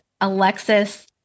alexis